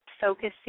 focusing